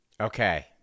Okay